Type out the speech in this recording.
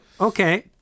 okay